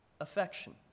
affection